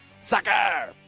sucker